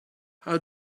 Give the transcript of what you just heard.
how